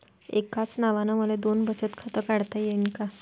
एकाच नावानं मले दोन बचत खातं काढता येईन का?